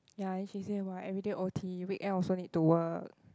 ya then she say !wah! everyday o_t weekend also need to work